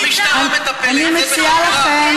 המשטרה מטפלת, זה בחקירה.